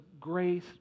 grace